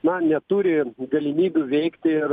na neturi galimybių veikti ir